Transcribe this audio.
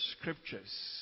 scriptures